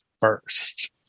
first